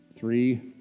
Three